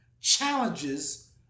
challenges